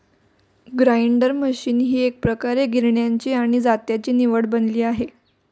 grinder machine ही एकप्रकारे गिरण्यांची आणि जात्याची निवड बनली आहे